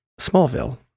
Smallville